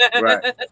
Right